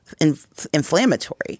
inflammatory